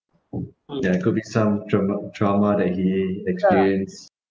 that have could be some traum~ trauma that he experience